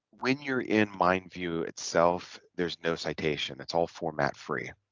when you're in mind view itself there's no citation that's all format free